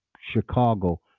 Chicago